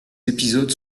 épisodes